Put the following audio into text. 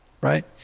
right